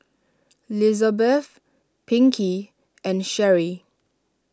Lizabeth Pinkey and Sherri